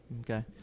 Okay